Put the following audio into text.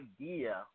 idea